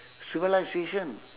civilisation